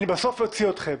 אני בסוף אוציא אתכם,